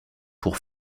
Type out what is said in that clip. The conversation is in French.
pour